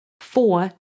Four